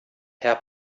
herr